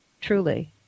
truly